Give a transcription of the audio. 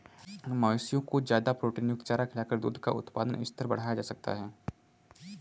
मवेशियों को ज्यादा प्रोटीनयुक्त चारा खिलाकर दूध का उत्पादन स्तर बढ़ाया जा सकता है